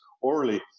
orally